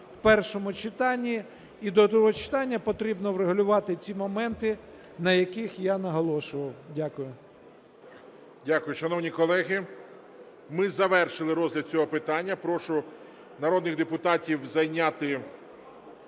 в першому читанні, і до другого читання потрібно врегулювати ці моменти, на яких я наголошував. Дякую. ГОЛОВУЮЧИЙ. Дякую. Шановні колеги, ми завершили розгляд цього питання. Прошу народних депутатів зайняти